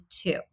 two